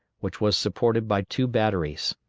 which was supported by two batteries.